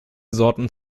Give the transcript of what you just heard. sorten